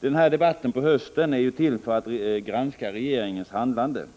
Den här debatten på hösten är ju till för att granska regeringens handlande.